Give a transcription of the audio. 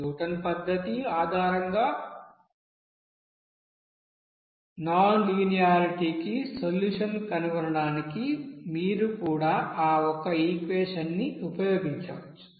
Newton పద్ధతి ఆధారంగా non లీనియారిటీకి సొల్యూషన్ కనుగొనడానికి మీరు కూడా ఆ ఒక్క ఈక్వెషన్ ని ఉపయోగించవచ్చు